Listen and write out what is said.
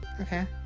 Okay